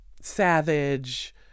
savage